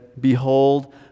Behold